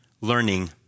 learning